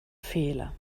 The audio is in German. fehler